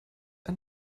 ein